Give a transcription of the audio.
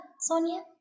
Sonia